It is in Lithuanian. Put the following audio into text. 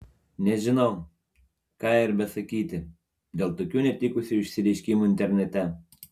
nežinau ką ir besakyti dėl tokių netikusių išsireiškimų internete